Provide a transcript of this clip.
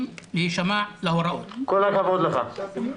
אנחנו לא שוקטים על